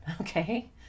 okay